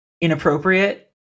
inappropriate